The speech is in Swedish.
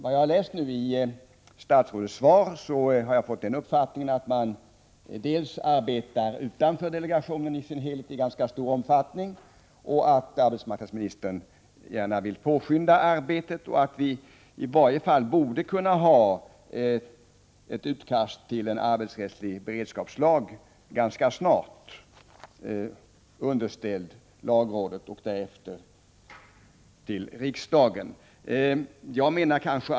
Av statsrådets svar har jag fått den uppfattningen att man i ganska stor omfattning arbetar utanför delegationen och att arbetsmarknadsministern gärna vill påskynda arbetet samt att vi ganska snart borde ha åtminstone ett utkast till arbetsrättslig beredskapslag underställt lagrådet och därefter riksdagen.